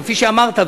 כפי שאמרת,